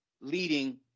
leading